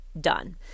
done